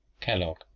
Kellogg